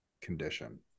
condition